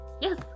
yes